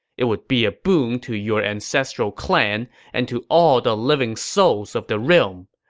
it would be a boon to your ancestral clan and to all the living souls of the realm!